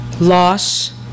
loss